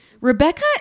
Rebecca